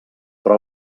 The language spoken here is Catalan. però